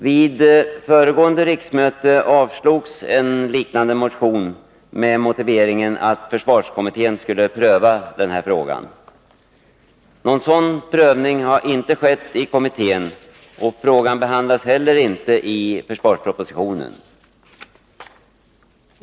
Vid föregående riksmöte avslogs en liknande motion med motiveringen att försvarskommittén skulle pröva frågan. Någon sådan prövning har inte skett i kommittén, och frågan behandlas heller inte i försvarspropositionen.